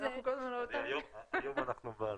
היום אנחנו בעד זה.